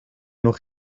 nog